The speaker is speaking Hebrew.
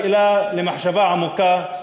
שאלה למחשבה עמוקה,